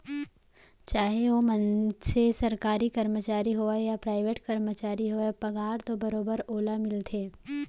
चाहे ओ मनसे सरकारी कमरचारी होवय या पराइवेट करमचारी होवय पगार तो बरोबर ओला मिलथे